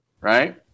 right